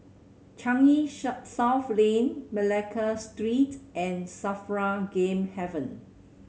Changi South Lane Malacca Street and SAFRA Game Haven